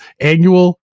annual